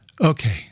Okay